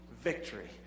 victory